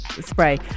spray